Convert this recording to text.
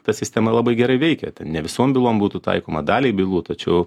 ta sistema labai gerai veikia ten ne visom bylom būtų taikoma daliai bylų tačiau